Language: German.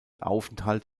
aufenthalt